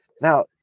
Now